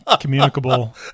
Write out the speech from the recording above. communicable